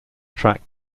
track